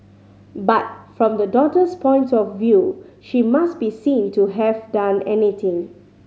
but from the daughter's point of view she must be seen to have done anything